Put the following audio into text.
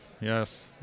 Yes